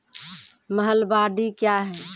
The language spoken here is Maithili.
महलबाडी क्या हैं?